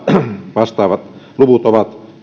vastaavat luvut ovat